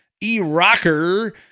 E-Rocker